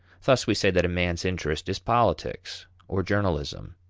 thus we say that a man's interest is politics, or journalism,